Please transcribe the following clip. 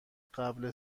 قبل